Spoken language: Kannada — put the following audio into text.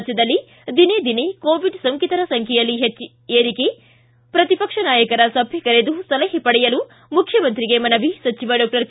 ರಾಜ್ಯದಲ್ಲಿ ದಿನೇ ದಿನೇ ಕೋವಿಡ್ ಸೋಂಕಿತರ ಸಂಖ್ಯೆಯಲ್ಲಿ ಏರಿಕೆ ಪ್ರತಿಪಕ್ಷ ನಾಯಕರ ಸಭೆ ಕರೆದು ಸಲಹೆ ಪಡೆಯಲು ಮುಖ್ಯಮಂತ್ರಿಗೆ ಮನವಿ ಸಚಿವ ಡಾಕ್ಟರ್ ಕೆ